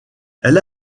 elle